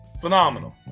Phenomenal